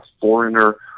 foreigner